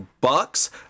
Bucks